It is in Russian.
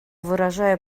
выражаю